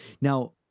Now